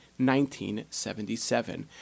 1977